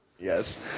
Yes